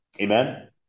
Amen